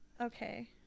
Okay